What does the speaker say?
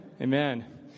Amen